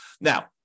Now